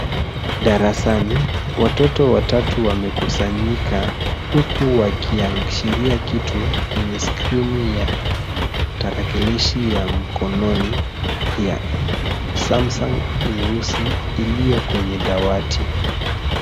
Darasani watoto watatu wamekusanyika huku wakiashiria kitu kwenye skrini ya tarakilishi ya Samsung nyeusi iliyo kwenye dawati.